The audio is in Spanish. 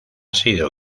sido